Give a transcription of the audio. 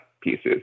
pieces